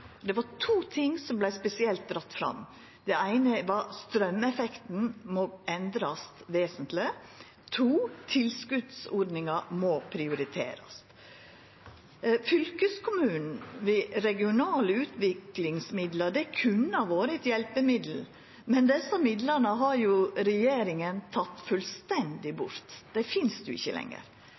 Det var to ting som vart spesielt dratt fram. Det eine var at straumeffekten må endrast vesentleg. Det andre var at tilskotsordninga må prioriterast. Fylkeskommunen ved regionale utviklingsmidlar kunne ha vore eit hjelpemiddel, men desse midlane har jo regjeringa teke fullstendig bort. Dei finst ikkje lenger.